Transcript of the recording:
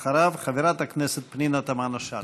אחריו, חברת הכנסת פנינה תמנו-שטה.